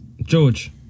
George